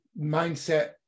mindset